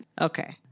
Okay